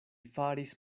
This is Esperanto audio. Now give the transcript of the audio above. faris